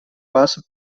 passa